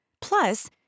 Plus